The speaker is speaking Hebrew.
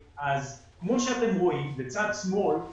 כמו שאתם רואים, בצד שמאל,